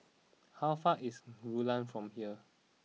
how far away is Rulang from here